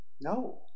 No